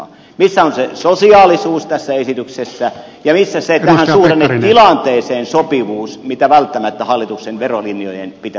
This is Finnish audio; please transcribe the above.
missä on se sosiaalisuus tässä esityksessä ja missä se tähän suhdannetilanteeseen sopivuus mitä välttämättä hallituksen verolinjojen pitäisi sisällään pitää